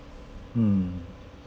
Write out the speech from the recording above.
mm